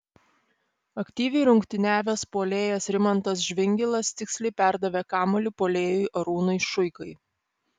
aktyviai rungtyniavęs puolėjas rimantas žvingilas tiksliai perdavė kamuolį puolėjui arūnui šuikai